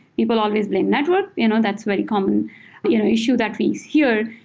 people always blame network. you know that's very common but you know issue that we hear.